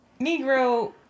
Negro